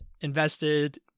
invested